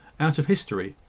out of history.